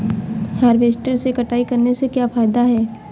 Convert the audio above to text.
Harvester से कटाई करने से क्या फायदा है?